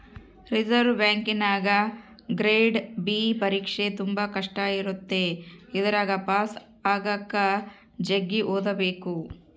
reserve ಬ್ಯಾಂಕಿನಗ grade B ಪರೀಕ್ಷೆ ತುಂಬಾ ಕಷ್ಟ ಇರುತ್ತೆ ಇದರಗ ಪಾಸು ಆಗಕ ಜಗ್ಗಿ ಓದಬೇಕು